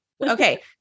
okay